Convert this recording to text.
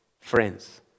friends